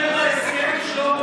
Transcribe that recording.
תבטלו אותו,